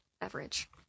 beverage